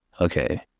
Okay